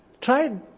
try